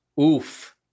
Oof